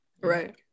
Right